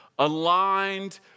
Aligned